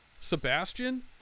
Sebastian